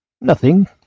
Nothing